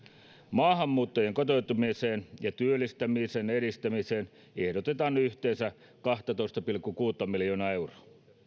maahanmuuttajien kotoutumisen ja työllistämisen edistämiseen ehdotetaan yhteensä kaksitoista pilkku kuusi miljoonaa euroa